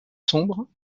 sombre